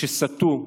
שסטו,